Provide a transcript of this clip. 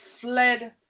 fled